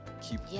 keep